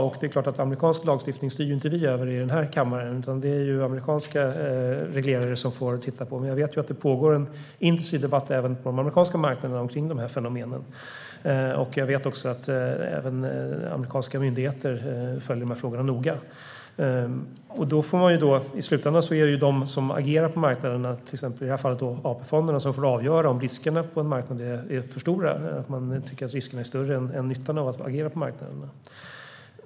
Vi styr inte över amerikansk lagstiftning i den här kammaren, utan det är amerikanska reglerare som får titta på den frågan. Jag vet att det pågår en intensiv debatt även på den amerikanska marknaden om fenomenen. Jag vet också att även amerikanska myndigheter följer frågan noga. I slutändan är det de som agerar på marknaderna, i det här fallet AP-fonderna, som får avgöra om de tycker att riskerna är större än nyttan av att agera på marknaden.